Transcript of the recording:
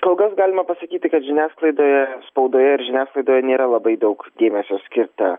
kol kas galima pasakyti kad žiniasklaidoje spaudoje ir žiniasklaidoje nėra labai daug dėmesio skirta